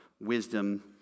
wisdom